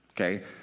okay